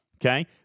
Okay